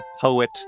poet